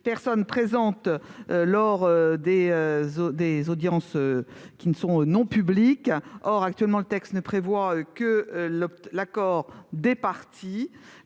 personnes présentes lors des audiences qui ne sont pas publiques. Actuellement, le texte ne prévoit que l'accord des parties.